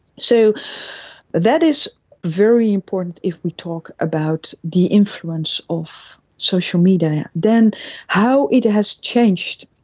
so that is very important if we talk about the influence of social media. then how it has changed,